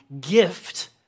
gift